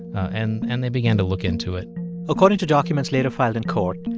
and and they began to look into it according to documents later filed in court,